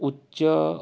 उच्च